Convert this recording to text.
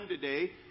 today